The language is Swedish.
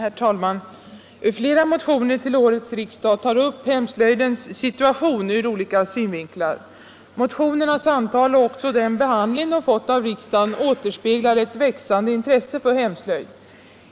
Herr talman! Flera motioner till årets riksdag tar upp hemslöjdens situation ur olika synvinklar. Motionernas antal och även den behandling de fått av riksdagen återspeglar ett växande intresse för hemslöjd.